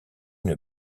une